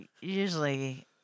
usually